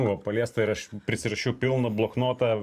buvo paliesta ir aš prisirašiau pilną bloknotą